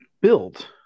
built